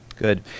Good